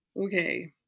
okay